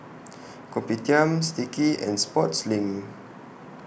Kopitiam Sticky and Sportslink